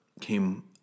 came